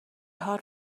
hard